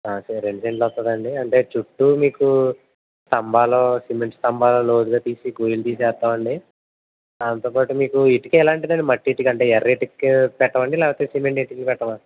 సరే రెంట్ ఎంత వస్తుందండి అంటే చుట్టూ మీకు స్తంభాలు సిమెంటు స్తంభాలు లోతుగా తీసి గొయ్యలు తీసేస్తామండి దాంతో పాటు మీకు ఇటుక ఎలాంటిదంటే మట్టి ఇటుక ఎర్ర ఇటుక పెట్టాలా అండి లేకపోతే సిమెంట్ ఇటుక పెట్టమా